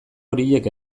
horiek